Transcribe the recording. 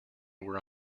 where